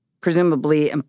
presumably